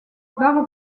barres